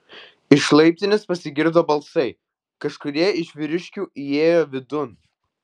iš laiptinės pasigirdo balsai kažkurie iš vyriškių įėjo vidun